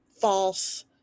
false